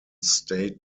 state